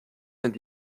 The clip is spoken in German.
sind